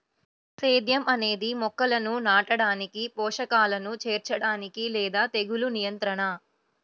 సేద్యం అనేది మొక్కలను నాటడానికి, పోషకాలను చేర్చడానికి లేదా తెగులు నియంత్రణ